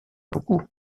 beaucoup